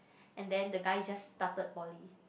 and then the guy just started poly